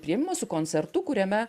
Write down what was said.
priėmimas su koncertu kuriame